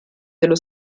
dello